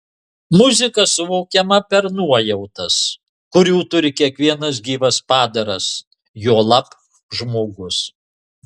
muzika suvokiama per nuojautas kurių turi kiekvienas gyvas padaras juolab žmogus